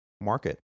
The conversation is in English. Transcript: market